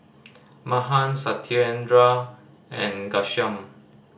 Mahan Satyendra and Ghanshyam